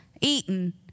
eaten